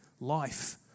life